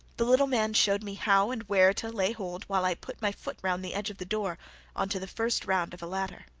the little man showed me how and where to lay hold while i put my foot round the edge of the door on to the first round of a ladder.